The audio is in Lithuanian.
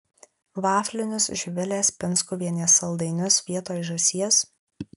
vaflinius živilės pinskuvienės saldainius vietoj žąsies